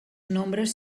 nombres